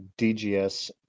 DGS